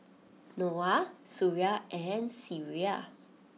Noah Suria and Syirah